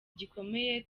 gikomeye